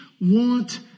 want